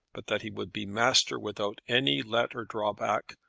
but that he would be master without any let or drawback,